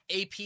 AP